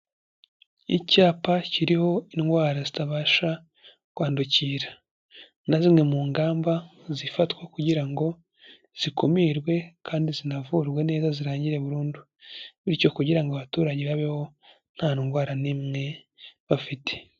Icyapa kiriho indwara zitabasha kwandukira na zimwe mu ngamba zifatwa kugira ngo zikumirwe kandi zinavurwe neza zirangire burundu bityo kugira ngo abaturage babeho nta ndwara n'imwe bafite.